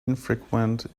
infrequent